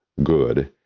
good.